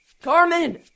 Carmen